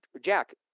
Jack